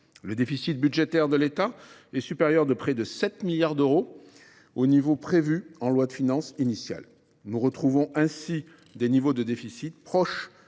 Le déficit budgétaire de celui ci est en effet supérieur de près de 7 milliards d’euros au montant prévu dans la loi de finances initiale. Nous retrouvons ainsi des niveaux de déficit proches